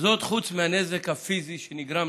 וזאת חוץ מהנזק הפיזי שנגרם